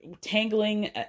tangling